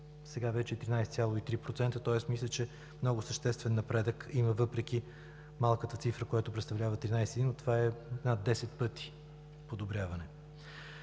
Сега вече е 13,3%, тоест, мисля, че има много съществен напредък въпреки малката цифра, която представлява 13, но това е над 10 пъти подобряване.